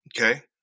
okay